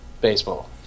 baseball